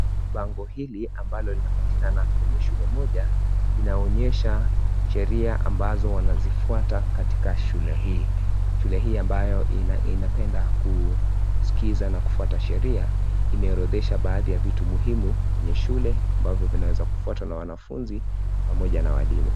Bango hili ambalo linapatikana kwenye shule moja linaonyesha sheria ambazo wanazifuata katika shule hii, shule hii ambayo inapenda kuskiza na kufuata sheria imeorodhesha vitu muhimu kwenye shule ambavyo vinaezafuatwa na wanafunzi pamoja na walimu.